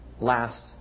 last